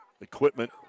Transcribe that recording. Equipment